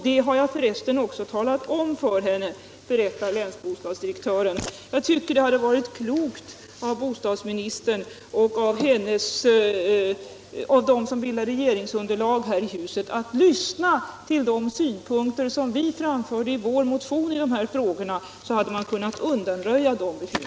Det har jag förresten också talat om för henne, berättar länsbostadsdirektören. Det vore klokt av bostadsministern och av dem som bildar regeringsunderlag här i huset att lyssna på de synpunkter vi framför i vår motion beträffande dessa frågor. Då hade man kunnat undanröja bekymren.